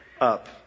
up